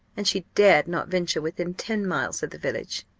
and she dared not venture within ten miles of the village.